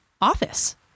office